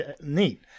neat